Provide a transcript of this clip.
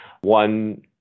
one